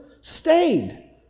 stayed